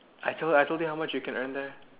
I told I told you how much you can earn there